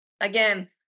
again